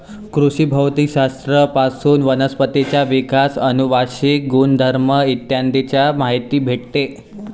कृषी भौतिक शास्त्र पासून वनस्पतींचा विकास, अनुवांशिक गुणधर्म इ चा माहिती भेटते